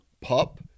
pup